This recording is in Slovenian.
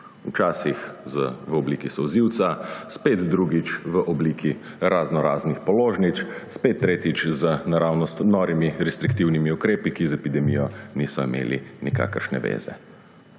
Včasih v obliki solzivca, spet drugič v obliki raznoraznih položnic, spet tretjič z naravnost norimi restriktivnimi ukrepi, ki z epidemijo niso imeli nikakršne zveze.